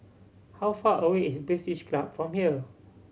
how far away is British Club from here